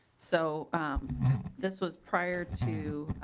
so this was prior to